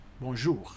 bonjour